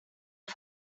och